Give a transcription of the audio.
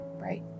Right